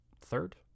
Third